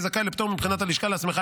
ויהיה זכאי לפטור מבחינת הלשכה להסמכה